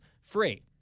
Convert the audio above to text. free